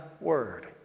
word